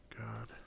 God